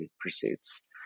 pursuits